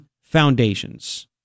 Foundations